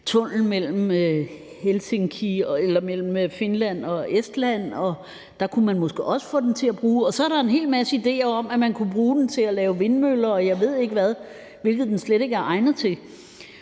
tunnel mellem Finland og Estland, og der kunne man måske også bruge fabrikken. Og så er der en hel masse idéer om, at man kunne bruge fabrikken til at lave vindmøller, og jeg ved ikke hvad, hvilket den slet ikke er egnet til.